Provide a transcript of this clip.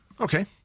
Okay